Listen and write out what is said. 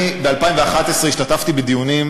אני ב-2011 השתתפתי בדיונים